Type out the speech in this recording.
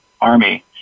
army